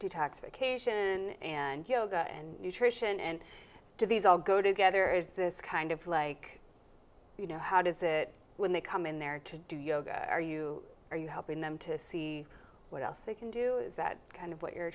detax occasion and yoga and nutrition and do these all go together is this kind of like you know how does it when they come in there to do yoga are you are you helping them to see what else they can do that kind of what you're